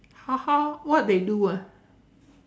how how what they do ah